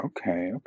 okay